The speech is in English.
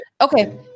Okay